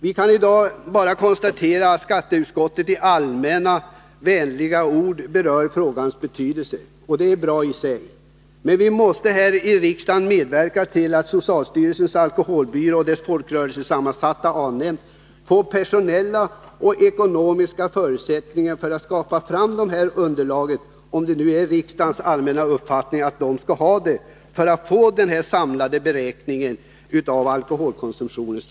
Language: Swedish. Vi kan i dag bara konstatera att skatteutskottet i allmänna, vänliga ord berör frågans betydelse. Det är bra i sig. Men vi måste också här i riksdagen medverka till att socialstyrelsens alkoholbyrå och dess folkrörelsesammansatta A-nämnd får personella och ekonomiska förutsättningar för att skaffa fram underlag för en samlad beräkning av alkoholkonsumtionens totalandel —- om det är riksdagens allmänna uppfattning att ett sådant behövs.